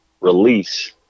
release